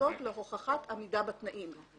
מתייחסות להוכחת עמידה בתנאים.